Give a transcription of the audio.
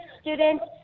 students